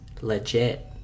legit